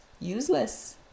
useless